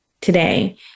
today